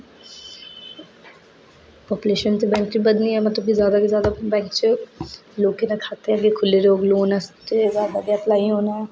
application ते bank बधनी गै मतलब जादा तो जादा बैंक च लोकें दे खाते खु'ल्ले दे रौहने लोन आस्तै जादा अप्लाई होना